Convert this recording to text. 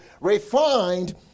refined